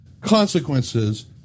consequences